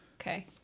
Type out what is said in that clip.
Okay